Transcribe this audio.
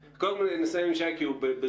קודם כל נסיים עם שי כי הוא בזום,